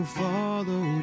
follow